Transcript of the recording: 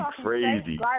crazy